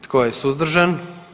Tko je suzdržan?